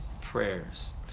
prayers